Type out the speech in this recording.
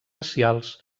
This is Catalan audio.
racials